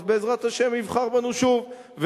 אז בעזרת השם יבחר בנו שוב,